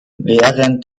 während